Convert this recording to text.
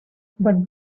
but